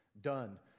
Done